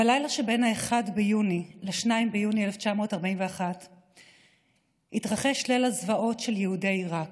בלילה שבין 1 ביוני ל-2 ביוני 1941 התרחש ליל הזוועות של יהודי עיראק,